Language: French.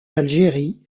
algérie